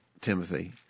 Timothy